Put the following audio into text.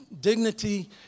dignity